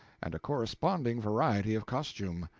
and a corresponding variety of costume.